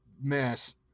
mess